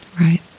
right